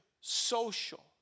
social